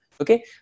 Okay